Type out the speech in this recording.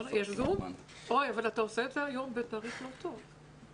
קודם כול אני רוצה לברך את תהלה על הקמת ועדת המשנה להתחדשות יהודית.